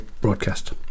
broadcast